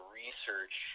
research